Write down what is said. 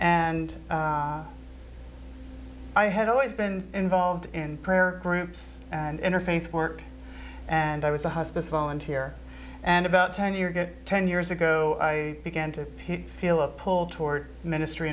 and i had always been involved in prayer groups and interfaith work and i was a hospice volunteer and about ten you get ten years ago i began to feel a pull toward ministry